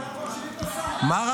מהקואליציה, ואנחנו מקשיבים לשר.